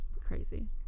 crazy